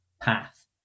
path